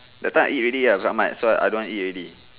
that time I eat already got must well I don't want eat already